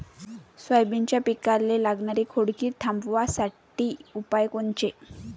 सोयाबीनच्या पिकाले लागनारी खोड किड थांबवासाठी उपाय कोनचे?